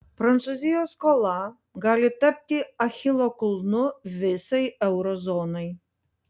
prancūzijos skola gali tapti achilo kulnu visai euro zonai